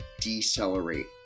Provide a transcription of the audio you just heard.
decelerate